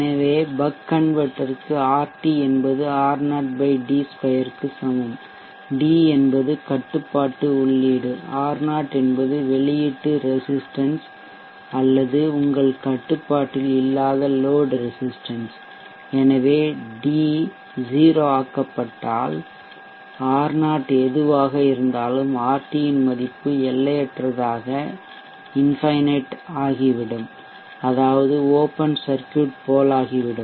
எனவே பக் கன்வெர்ட்டர்க்கு RT என்பது R0 d2 க்கு சமம் d என்பது கட்டுப்பாட்டு உள்ளீடு R0 என்பது வெளியீட்டு ரெசிஸ்ட்டன்ஸ் அல்லது உங்கள் கட்டுப்பாட்டில் இல்லாத லோட் ரெசிஸ்ட்டன்ஸ் எனவே d 0 ஆக்கப்பட்டால் R0 எதுவாக இருந்தாலும் RT இன் மதிப்பு எல்லையற்றதாக இன்ஃபைனைட் ஆகிவிடும் அதாவது ஓப்பன் சர்க்யூட் போலாகிவிடும்